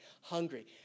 hungry